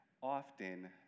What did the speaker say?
often